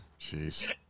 Jeez